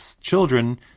children